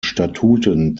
statuten